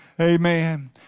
Amen